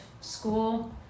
school